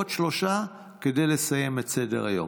עוד שלושה כדי לסיים את סדר-היום.